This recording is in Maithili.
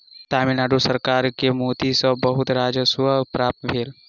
तमिल नाडु सरकार के मोती सॅ बहुत राजस्व के प्राप्ति भेल